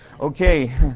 Okay